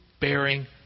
bearing